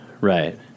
Right